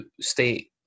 state